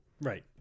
Right